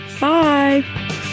Bye